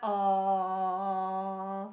oh